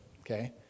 okay